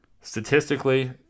Statistically